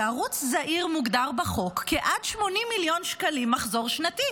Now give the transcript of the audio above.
שערוץ זעיר מוגדר בחוק כעד 80 מיליון שקלים מחזור שנתי.